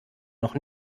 noch